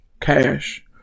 cash